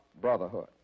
brotherhood